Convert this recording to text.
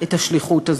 את השליחות הזאת.